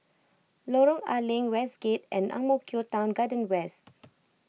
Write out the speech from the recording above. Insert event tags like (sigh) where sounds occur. Lorong A Leng Westgate and Ang Mo Kio Town Garden West (noise)